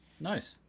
Nice